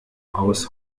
aus